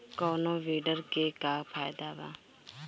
कौनो वीडर के का फायदा बा?